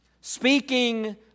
Speaking